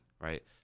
Right